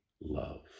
love